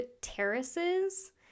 terraces